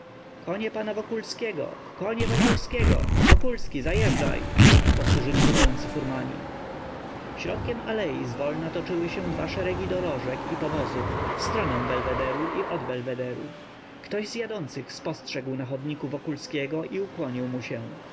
konie pana wokulskiego konie wokulskiego wokulski zajeżdżaj powtórzyli stojący furmani środkiem alei zwolna toczyły się dwa szeregi dorożek i powozów w stronę belwederu i od belwederu ktoś z jadących spostrzegł na chodniku wokulskiego i ukłonił mu się